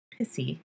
pissy